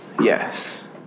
yes